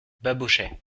babochet